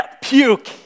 Puke